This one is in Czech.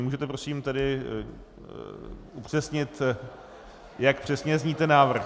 Můžete prosím upřesnit, jak přesně zní ten návrh.